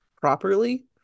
properly